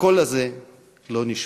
הקול הזה לא נשמע.